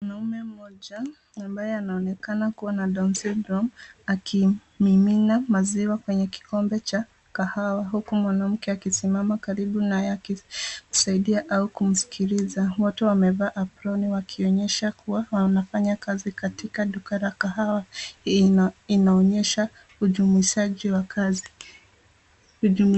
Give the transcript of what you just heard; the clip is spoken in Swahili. Mwanaume mmoja ambaye anaonekana kuwa na down syndrome , akimimina maziwa kwenye kikombe cha kahawa, huku mwanamke akisimama karibu naye, akisaidia au kumsikiliza. Wote wamevaa aproni wakionyesha kuwa, wanafanya kazi katika duka la kahawa. Hii inaonyesha ujumuishaji wa makazi.